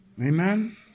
Amen